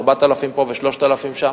4,000 פה ו-3,000 שם,